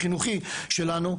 חינוכי שלנו,